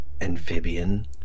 Amphibian